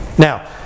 Now